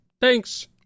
Thanks